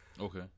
Okay